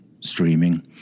streaming